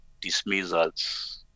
dismissals